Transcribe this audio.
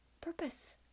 purpose